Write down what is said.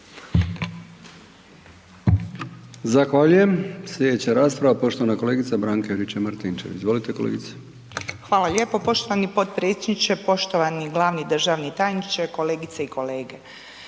Zahvaljujem. Slijedeća rasprava poštovana kolegica Branka Juričev Martinčev. Izvolite kolegice. **Juričev-Martinčev, Branka (HDZ)** Hvala lijepo poštovani potpredsjedniče. Poštovani glavni državni tajniče, kolegice i kolege,